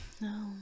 No